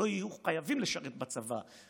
שלא יהיו חייבים לשרת בצבא,